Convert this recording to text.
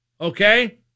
Okay